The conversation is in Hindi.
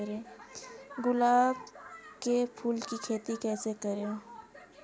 गुलाब के फूल की खेती कैसे करें?